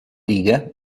righe